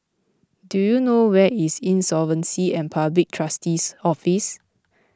do you know where is Insolvency and Public Trustee's Office